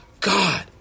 God